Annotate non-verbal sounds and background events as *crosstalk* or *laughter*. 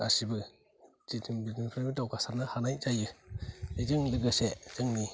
गासिबो *unintelligible* दावगासारनो हानाय जायो बेजों लोगोसे जोंनि